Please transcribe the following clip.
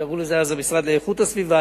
קראו לזה אז המשרד לאיכות הסביבה.